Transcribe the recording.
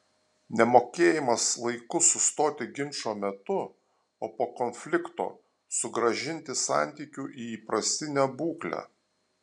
nemokėjimas laiku sustoti ginčo metu o po konflikto sugrąžinti santykių į įprastinę būklę